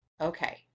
okay